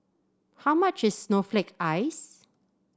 how much is Snowflake Ice